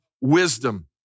wisdom